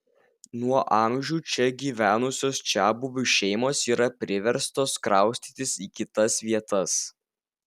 nuo amžių čia gyvenusios čiabuvių šeimos yra priverstos kraustytis į kitas vietas